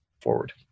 forward